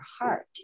heart